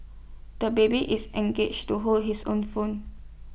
the baby is engage to hold his own phone